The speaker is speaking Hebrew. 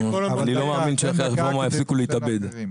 מאמין שאחרי הרפורמה יפסיקו להתאבד.